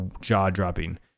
jaw-dropping